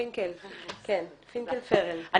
פינקל-פרל, בבקשה.